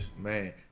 Man